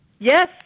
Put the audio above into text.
Yes